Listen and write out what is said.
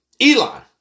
Elon